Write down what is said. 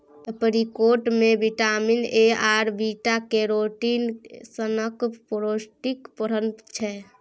apricot मे vitamin A आर beta carotene सनक पौष्टिक भरल छै